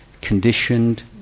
conditioned